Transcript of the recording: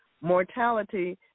Mortality